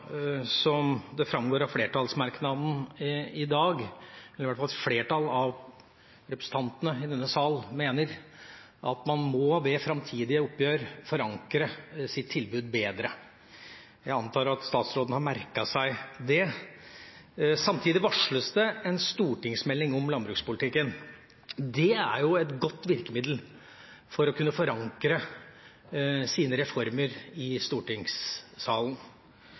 som det framgår av merknadene i dag, er det i hvert fall et flertall av representantene i denne sal som mener at man ved framtidige oppgjør må forankre sitt tilbud bedre. Jeg antar at statsråden har merket seg det. Samtidig varsles det en stortingsmelding om landbrukspolitikken. Det er jo et godt virkemiddel for å kunne forankre sine reformer i stortingssalen.